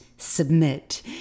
submit